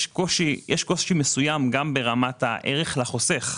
יש קושי מסוים גם ברמת הערך לחוסך,